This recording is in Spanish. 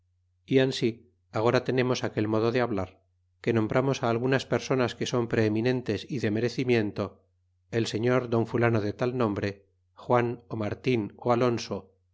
y ansí agora tenemos aquel modo de hablar que nombramos algunas personas que son preeminentes y de merecimiento el señor don fulano de tal nombre juan ó martin